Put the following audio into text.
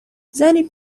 زنی